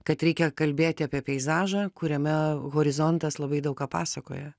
kad reikia kalbėti apie peizažą kuriame horizontas labai daug ką pasakoja